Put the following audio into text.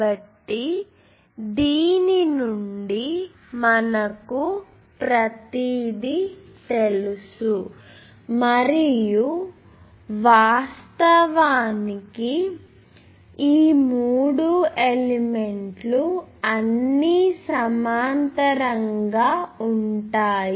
కాబట్టి దీని నుండి మనకు ప్రతిదీ తెలుసు మరియు వాస్తవానికి ఈ మూడు ఎలిమెంట్ లు అన్నీ సమాంతరంగా ఉంటాయి